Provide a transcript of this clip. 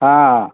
हा